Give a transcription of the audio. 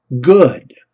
good